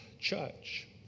church